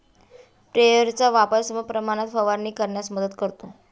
स्प्रेयरचा वापर समप्रमाणात फवारणी करण्यास मदत करतो